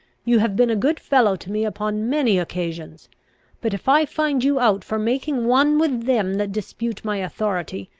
you have been a good fellow to me upon many occasions but, if i find you out for making one with them that dispute my authority,